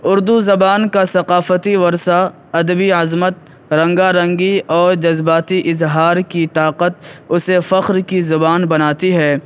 اردو زبان کا ثقافتی ورثہ ادبی عظمت رنگا رنگی اور جذباتی اظہار کی طاقت اسے فخر کی زبان بناتی ہے